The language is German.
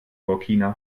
burkina